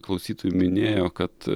klausytojų minėjo kad